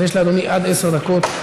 אז יש לאדוני עד עשר דקות.